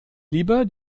lieber